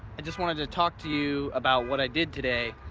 i just wanted to talk to you about what i did today.